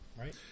right